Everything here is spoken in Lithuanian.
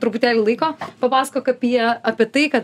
truputėlį laiko papasakok apie apie tai kad